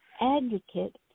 advocate